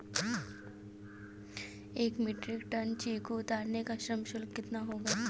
एक metric ton चीकू उतारने का श्रम शुल्क कितना होगा?